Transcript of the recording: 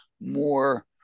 more